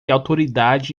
autoridade